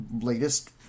latest